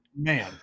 man